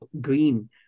green